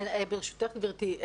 ברשותך, גברתי.